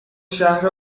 شهر